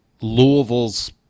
Louisville's